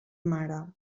mare